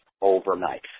overnight